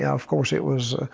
of course, it was